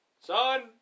Son